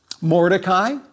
Mordecai